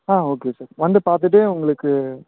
ஆ okay sir வந்து பார்த்துட்டு உங்களுக்கு